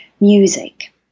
music